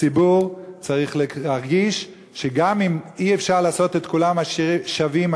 הציבור צריך להרגיש שגם אם אי-אפשר לעשות את כולם שווים,